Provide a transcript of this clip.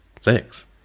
six